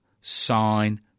sign